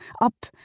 up